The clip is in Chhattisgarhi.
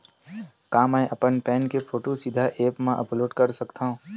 का मैं अपन पैन के फोटू सीधा ऐप मा अपलोड कर सकथव?